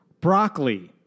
Broccoli